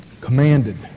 commanded